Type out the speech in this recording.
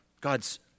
God's